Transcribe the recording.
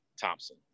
Thompson